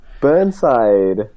Burnside